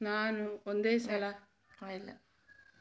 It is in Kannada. ನಾನು ಒಂದೇ ಸಲ ಒಟ್ಟು ಹಣ ಕಟ್ಟಿ ಲೋನ್ ಅನ್ನು ಕ್ಲೋಸ್ ಮಾಡಲು ಅವಕಾಶ ಉಂಟಾ